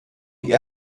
die